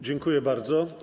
Dziękuję bardzo.